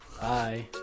bye